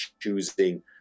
choosing